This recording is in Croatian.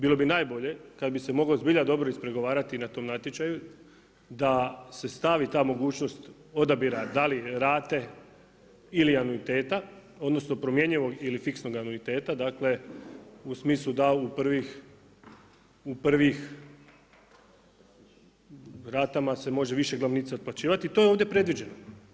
Bilo bi najbolje kada bi se moglo zbilja dobro izpregovarati na tom natječaju, da se stavi ta mogućnost odabira da li rate, ili anuiteta, odnosno promjenjivog ili fiksnog anuiteta, dakle u smislu da u prvih rata se može više glavnice otplaćivati, to je ovdje predviđeno.